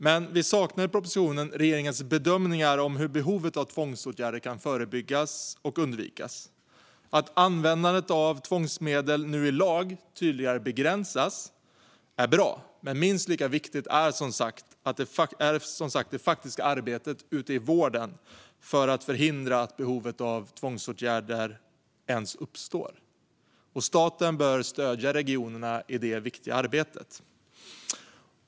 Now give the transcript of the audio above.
Men vi saknar i propositionen regeringens bedömningar av hur behovet av tvångsåtgärder kan förebyggas och undvikas. Att användningen av tvångsmedel nu i lag tydligare begränsas är bra, men minst lika viktigt är som sagt det faktiska arbetet ute i vården för att förhindra att behovet av tvångsåtgärder ens uppstår. Och staten bör stödja regionerna i detta viktiga arbete.